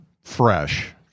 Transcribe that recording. fresh